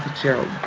so